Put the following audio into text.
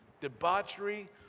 debauchery